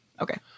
Okay